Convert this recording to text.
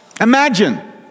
Imagine